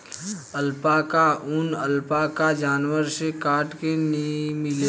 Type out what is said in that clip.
alpaca ऊन, alpaca जानवर से काट के मिलेला